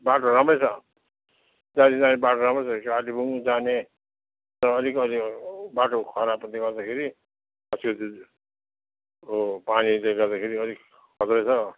बाटो राम्रै छ दार्जिलिङ जाने बाटो राम्रै छ कालेबुङ जाने अलिअलि बाटो खराब भएकोले गर्दाखेरि अस्तिको दिनको पानीले गर्दाखेरि अलिक खत्रै छ